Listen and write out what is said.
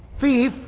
thief